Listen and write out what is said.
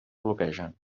bloquegen